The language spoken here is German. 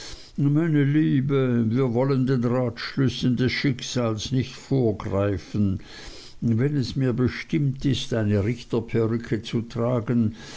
meine liebe wir wollen den ratschlüssen des schicksals nicht vorgreifen wenn es mir bestimmt ist eine richter perücke zu tragen